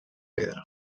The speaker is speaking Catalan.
pedra